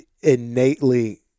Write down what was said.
innately